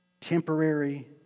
temporary